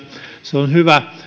se on hyvä